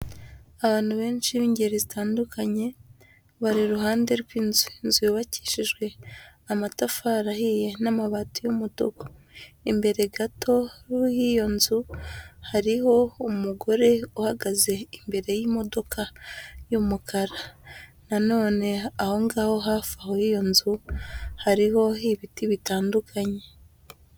Abantu benshi b'ingeri zitandukanye bari iruhande rw'inzu, inzubakishijwe amatafari ahiye n'amabati y'umutuku, imbere gato h'iyo nzu hariho umugore uhagaze imbere y'imodoka y'umukara na none aho ngaho hafi aho y'iyo nzu hariho ibiti bitandukanye.